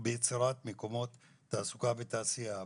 ביצירת מקומות תעסוקה ותעשייה.